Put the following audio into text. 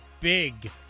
big